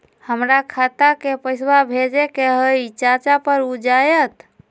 हमरा खाता के पईसा भेजेए के हई चाचा पर ऊ जाएत?